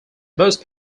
most